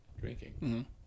drinking